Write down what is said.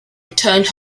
returned